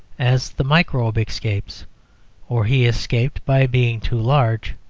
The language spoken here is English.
as the microbe escapes or he escaped by being too large,